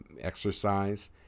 exercise